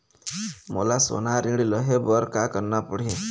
मोला सोना ऋण लहे बर का करना पड़ही?